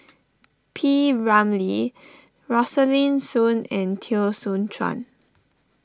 P Ramlee Rosaline Soon and Teo Soon Chuan